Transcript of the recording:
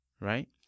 Right